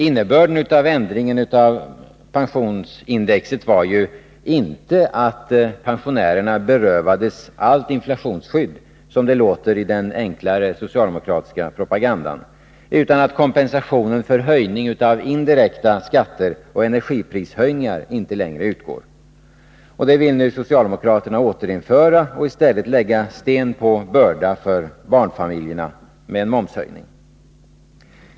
Innebörden av ändringen av pensionsindexet var ju inte att pensionärerna berövades allt inflationsskydd, som det låter i den enklare socialdemokratiska propagandan, utan att kompensationen för höjning av indirekta skatter och energiprishöjningar inte längre utgår. Detta vill nu socialdemokraterna återinföra och i stället lägga sten på börda för barnfamiljerna med en momshöjning.